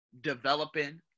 developing